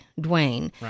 Dwayne